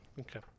Okay